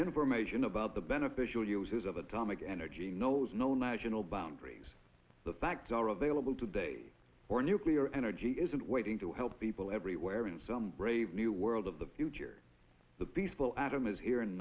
information about the beneficial uses of atomic energy knows no national boundaries the facts are available today for nuclear energy isn't waiting to help people everywhere in some brave new world of the future the peaceful atom is he